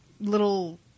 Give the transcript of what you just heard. little